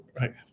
Right